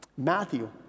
Matthew